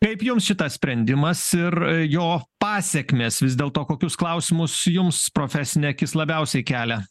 kaip jums šitas sprendimas ir jo pasekmės vis dėlto kokius klausimus jums profesinė akis labiausiai kelia